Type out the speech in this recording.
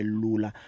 lula